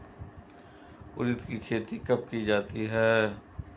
उड़द की खेती कब की जाती है?